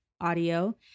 Audio